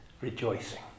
rejoicing